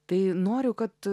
tai noriu kad